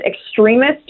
extremist